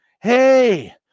Hey